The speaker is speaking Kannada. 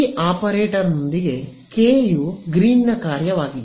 ಈ ಆಪರೇಟರ್ನೊಂದಿಗೆ ಕೆ ಯು ಗ್ರೀನ್ನ ಕಾರ್ಯವಾಗಿದೆ